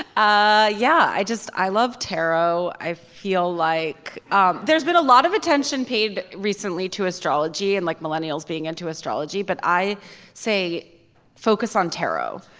yeah i just i love tarot. i feel like um there's been a lot of attention paid recently to astrology and like millennials being into astrology. but i say focus on tarot.